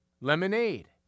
lemonade